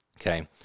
okay